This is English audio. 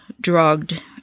drugged